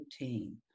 routine